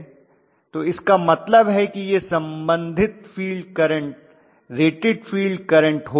तो इसका मतलब है कि यह संबंधित field current rated field current होगा